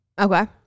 Okay